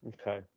Okay